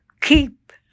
keep